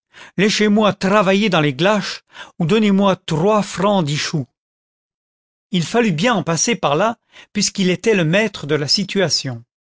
laichez moi travailler dans les glaches ou donnez-moi trois francs dix chous il fallut bien en passer par là puisqu'il était le maître de la situation